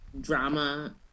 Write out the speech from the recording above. drama